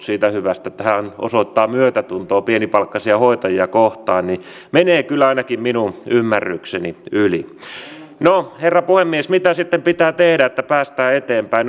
suomen tulisikin nyt toimia pakotteiden ulkopuolisilla aloilla aktiivisesti ja varautua suunnitelmallisesti pakotteiden päättymiseen jotta vienti voisi näiltä osin nopeasti ja tuloksellisesti uudelleen käynnistyä